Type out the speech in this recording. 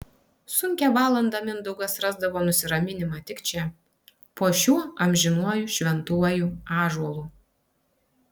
sunkią valandą mindaugas rasdavo nusiraminimą tik čia po šiuo amžinuoju šventuoju ąžuolu